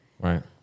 right